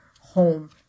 home